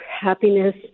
happiness